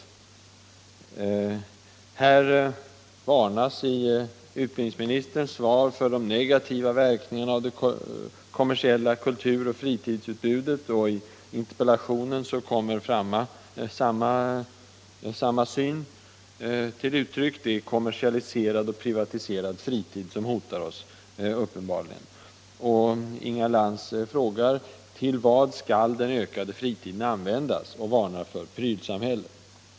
rikare fritid I utbildningsministerns svar varnas för de negativa verkningarna av det kommersiella kulturoch fritidsutbudet, och i interpellationen kommer samma syn till uttryck. Det är kommersialiserad och privatiserad fritid som hotar oss, uppenbarligen. Inga Lantz frågar vad den ökade fritiden skall användas till, och hon varnar för prylsamhället.